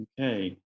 Okay